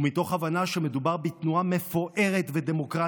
ומתוך הבנה שמדובר בתנועה מפוארת ודמוקרטית,